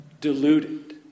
deluded